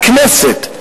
הכנסת,